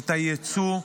את היצוא,